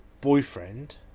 boyfriend